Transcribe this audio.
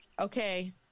Okay